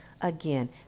Again